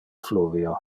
fluvio